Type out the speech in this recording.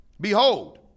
Behold